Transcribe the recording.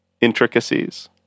intricacies